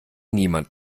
niemand